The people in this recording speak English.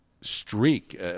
streak